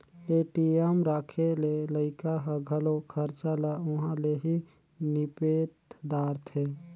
ATM राखे ले लइका ह घलो खरचा ल उंहा ले ही निपेट दारथें